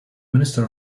minister